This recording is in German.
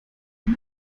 mir